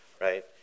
Right